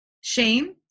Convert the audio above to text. shame